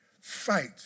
fight